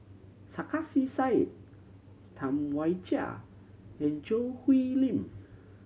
Sarkasi Said Tam Wai Jia and Choo Hwee Lim